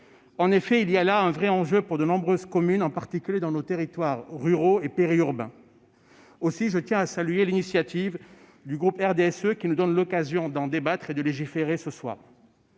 En effet, il y a là un vrai enjeu pour de nombreuses communes, en particulier dans nos territoires ruraux et périurbains. Aussi, je tiens à saluer l'initiative du groupe du RDSE, qui nous donne l'occasion d'en débattre et de légiférer ce soir.